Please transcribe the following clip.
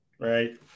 Right